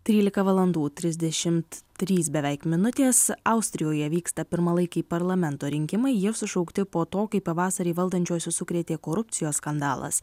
trylika valandų trisdešimt trys beveik minutės austrijoje vyksta pirmalaikiai parlamento rinkimai jie sušaukti po to kai pavasarį valdančiuosius sukrėtė korupcijos skandalas